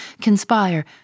conspire